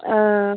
ആ